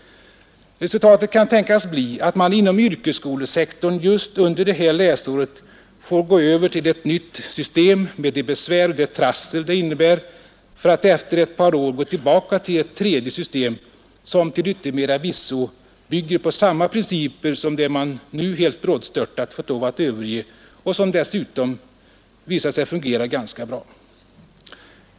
Resultatet kan tänkas bli att man inom yrkesskolesektorn just under det här läsaret får ga över till ett nytt system med de besvär och det trassel det innebär för att efter ett par år ga tillbaka till ett tredje system, som till yttermera visso bygger på samma principer som man nu helt brådstörtat fatt lov att överge och som dessutom visat sig fungera ganska bra.